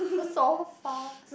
so fast